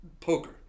poker